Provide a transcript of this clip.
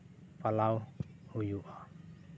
ᱯᱟᱞᱟᱣ ᱦᱩᱭᱩᱜᱼᱟ